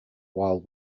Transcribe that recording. while